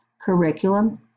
curriculum